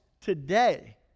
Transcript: today